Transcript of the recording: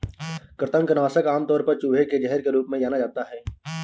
कृंतक नाशक आमतौर पर चूहे के जहर के रूप में जाना जाता है